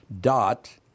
dot